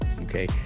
okay